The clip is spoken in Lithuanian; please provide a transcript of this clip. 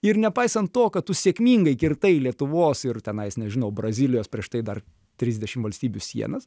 ir nepaisant to kad tu sėkmingai kirtai lietuvos ir tenais nežinau brazilijos prieš tai dar trisdešimt valstybių sienas